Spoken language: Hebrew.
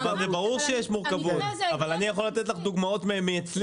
ברור שיש מורכבות אבל אני יכול לתת לך דוגמאות אחרות.